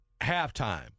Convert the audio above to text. halftime